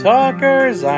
Talkers